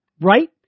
right